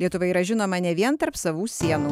lietuva yra žinoma ne vien tarp savų sienų